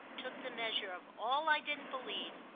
took the measure of all i didn't believe,